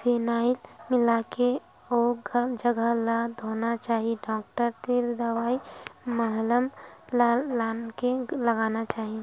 phenyl मिलाके ओ जघा ल धोना चाही डॉक्टर तीर दवई मलहम लानके लगाना चाही